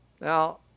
Now